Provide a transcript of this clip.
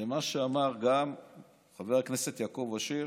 אני רוצה להתייחס למה שאמר גם חבר הכנסת יעקב אשר